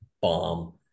bomb